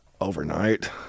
overnight